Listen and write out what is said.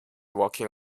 walking